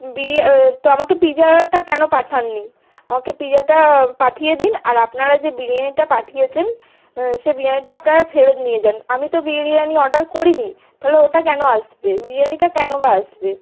বিরি তো আমাকে পিজাটা কেন পাঠান নি আমাকে পিজাটা পাঠিয়ে দিন আর আপনারা যে বিরিয়ানিটা পাঠিয়েছেন সে বিরিয়ানিটা আপনারা ফেরত নিয়ে যান আমি তো বিরিয়ানি অর্ডার করি নি তাহলে ওটা কেন আসবে বিরিয়ানিটা কেন বা আসবে